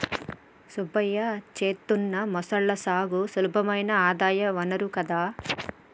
సుబ్బయ్య చేత్తున్న మొసళ్ల సాగు సులభమైన ఆదాయ వనరు కదా